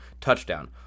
touchdown